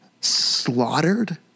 slaughtered